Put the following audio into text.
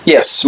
Yes